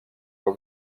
waba